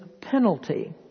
penalty